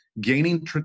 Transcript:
gaining